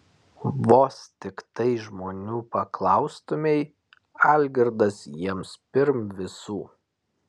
vos tiktai žmonių paklaustumei algirdas jiems pirm visų